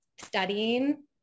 studying